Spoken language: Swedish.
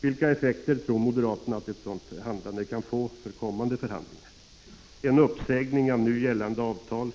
Vilka effekter tror moderaterna att ett sådant handlande kan få för kommande förhandlingar? En uppsägning av nu gällande avtal